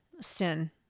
sin